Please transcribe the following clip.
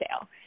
sale